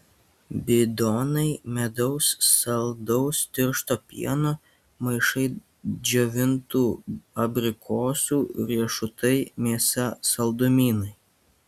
bidonai medaus saldaus tiršto pieno maišai džiovintų abrikosų riešutai mėsa saldumynai